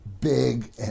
big